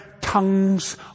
tongues